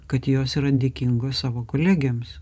kad jos yra dėkingos savo kolegėms